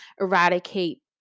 eradicate